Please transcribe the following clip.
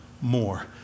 more